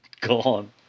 gone